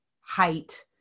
height